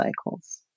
cycles